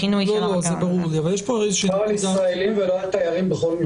לא על ישראלים ולא על תיירים בכל מקרה.